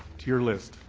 to your list